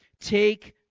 take